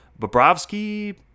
Bobrovsky